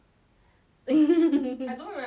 I don't remember my